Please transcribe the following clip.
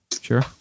Sure